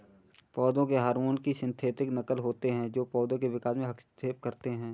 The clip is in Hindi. पौधों के हार्मोन की सिंथेटिक नक़ल होते है जो पोधो के विकास में हस्तक्षेप करते है